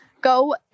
Go